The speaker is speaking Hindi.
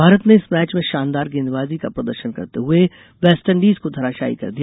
भारत ने इस मैच में शानदार गेंदबाजी का प्रदर्शन करते हुए वेस्टइंडीज को धाराशायी कर दिया